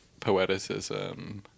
poeticism